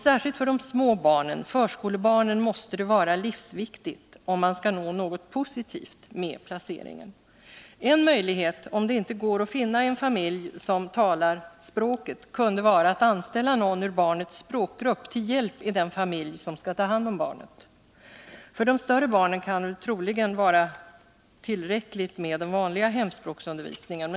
Särskilt för de små barnen, förskolebarnen, måste detta vara livsviktigt, om man skall nå något positivt med placeringen. En möjlighet — om det inte går att finna en familj där man talar språket — kunde vara att anställa någon ur barnets språkgrupp till hjälp i den familj som skall ta hand om barnet. För de större barnen kan det troligen vara tillräckligt med den vanliga hemspråksundervisningen.